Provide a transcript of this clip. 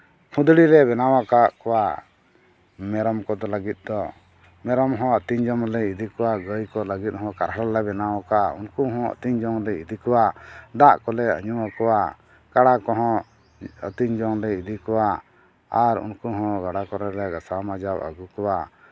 ᱠᱷᱩᱸᱫᱽᱲᱤ ᱞᱮ ᱵᱮᱱᱟᱣ ᱟᱠᱟᱫ ᱠᱚᱣᱟ ᱢᱮᱨᱚᱢ ᱠᱚᱫᱚ ᱞᱟᱹᱜᱤᱫ ᱫᱚ ᱢᱮᱨᱚᱢ ᱦᱚᱸ ᱟᱹᱛᱤᱧ ᱡᱚᱢ ᱞᱮ ᱤᱫᱤ ᱠᱚᱣᱟ ᱜᱟᱹᱭ ᱠᱚ ᱞᱟᱹᱜᱤᱫ ᱦᱚᱸ ᱠᱟᱨᱦᱟᱲ ᱞᱮ ᱵᱮᱱᱟᱣ ᱟᱠᱟᱫᱼᱟ ᱩᱱᱠᱩ ᱦᱚᱸ ᱟᱹᱛᱤᱧ ᱡᱚᱢ ᱞᱮ ᱤᱫᱤ ᱠᱚᱣᱟ ᱫᱟᱜ ᱠᱚᱞᱮ ᱧᱩᱣᱟᱠᱚᱣᱟ ᱠᱟᱰᱟ ᱠᱚᱦᱚᱸ ᱟᱹᱛᱤᱧ ᱡᱚᱝ ᱞᱮ ᱤᱫᱤ ᱠᱚᱣᱟ ᱟᱨ ᱩᱱᱠᱩ ᱦᱚᱸ ᱜᱟᱰᱟ ᱠᱚᱨᱮ ᱞᱮ ᱜᱟᱥᱟᱣ ᱢᱟᱡᱟᱣ ᱟᱹᱜᱩ ᱠᱚᱣᱟ